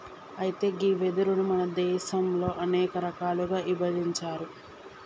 అయితే గీ వెదురును మన దేసంలో అనేక రకాలుగా ఇభజించారు